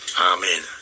Amen